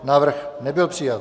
Návrh nebyl přijat.